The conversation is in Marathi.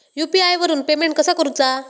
यू.पी.आय वरून पेमेंट कसा करूचा?